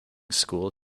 school